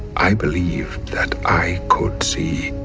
i believe that i could see.